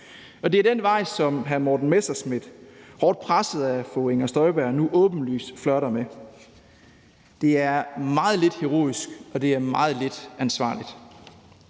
Det er den vej, som hr. Morten Messerschmidt hårdt presset af fru Inger Støjberg nu åbenlyst flirter med. Det er meget lidt heroisk, og det er meget lidt ansvarligt.